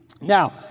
now